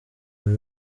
buri